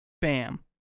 bam